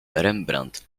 rembrandt